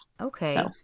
Okay